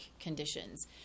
conditions